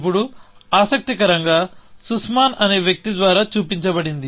ఇప్పుడు ఆసక్తికరంగా సుస్మాన్ అనే వ్యక్తి ద్వారా చూపించబడింది